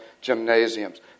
gymnasiums